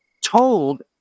told